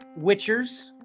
Witchers